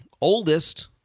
oldest